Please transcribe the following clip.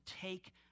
take